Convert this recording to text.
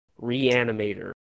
Reanimator